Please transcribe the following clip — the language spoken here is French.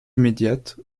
immédiate